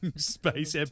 space (